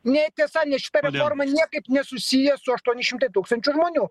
netiesa nes šita reforma niekaip nesusiję su aštuoni šimtai tūkstančių žmonių